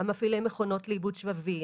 מפעילי מכונות לעיבוד שבבי,